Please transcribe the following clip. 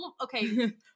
okay